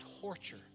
torture